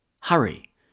Hurry